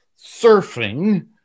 surfing